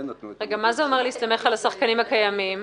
מה זה אומר להסתמך על השחקנים הקיימים?